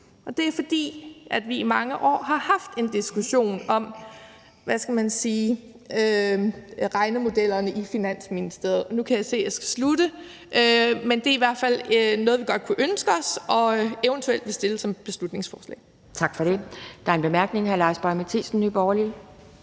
det er, fordi vi i mange år har haft en diskussion om regnemodellerne i Finansministeriet. Og nu kan jeg se, at jeg skal slutte, men det er i hvert fald noget, vi godt kunne ønske os og eventuelt vil fremsætte som et beslutningsforslag.